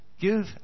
Give